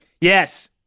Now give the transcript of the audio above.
yes